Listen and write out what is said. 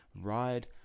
ride